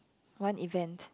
one event